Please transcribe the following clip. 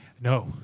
No